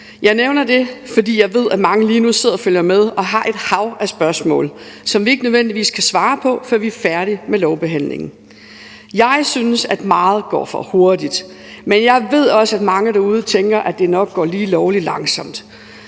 Jeg nævner det, fordi jeg ved, at mange lige nu sidder og følger med og har et hav af spørgsmål, som vi ikke nødvendigvis kan svare på, før vi er færdige med lovbehandlingen. Jeg synes, at meget går for hurtigt, men jeg ved også, at mange derude tænker, at det går lige lovlig langsomt,